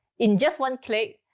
in just one click,